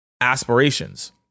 aspirations